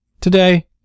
Today